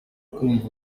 kumva